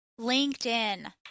LinkedIn